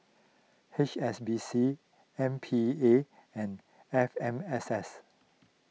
H S B C M P A and F M S S